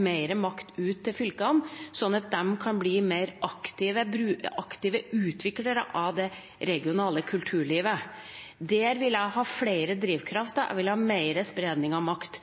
mer makt ut til dem, sånn at de kan bli mer aktive utviklere av det regionale kulturlivet. Der vil jeg ha flere drivkrefter, jeg vil ha mer spredning av makt.